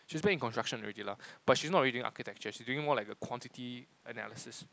she's back in construction already lah but she's not really an architecture she's doing more like a quantity analysis